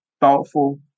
thoughtful